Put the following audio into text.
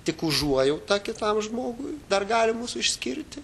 tik užuojauta kitam žmogui dar gali mus išskirti